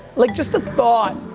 like just the thought.